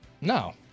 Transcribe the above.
No